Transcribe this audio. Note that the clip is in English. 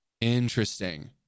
Interesting